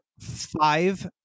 five